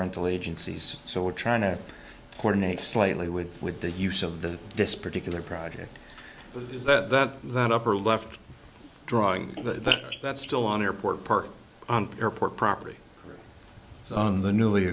rent allegiances so we're trying to coordinate slightly with with the use of the this particular project is that that upper left drawing that that's still on airport park on airport property on the newly